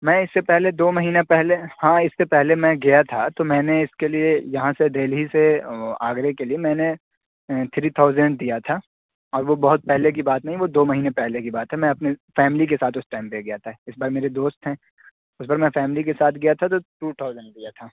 میں اس سے پہلے دو مہینے پہلے ہاں اس سے پہلے میں گیا تھا تو میں نے اس کے لیے یہاں سے دہلی ہی سے آگرے کے لیے میں نے تھری تھاؤزنڈ دیا تھا اور وہ بہت پہلے کی بات نہیں وہ دو مہینے پہلے کی بات ہے میں اپنے فیملی کے ساتھ اس ٹائم پہ گیا تھا اس بار میرے دوست ہیں اس بار میں فیملی کے ساتھ گیا تھا تو ٹو تھاؤزنڈ دیا تھا